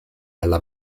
alla